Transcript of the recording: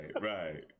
right